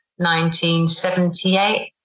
1978